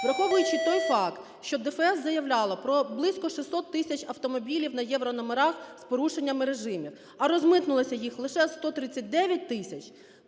Враховуючи той факт, що ДФС заявляло про близько 600 тисяч автомобілів на єврономерах з порушеннями режимів, а розмитнилося їх лише 139 тисяч,